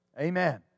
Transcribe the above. Amen